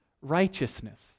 righteousness